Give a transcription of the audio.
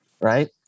right